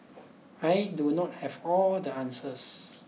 I do not have all the answers